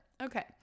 Okay